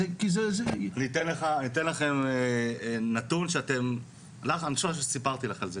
אני אתן לכם נתון, ואני חושב שסיפרתי לך על זה.